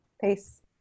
Peace